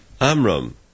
Amram